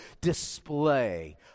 display